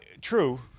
True